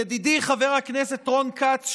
ידידי חבר הכנסת רון כץ,